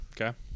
okay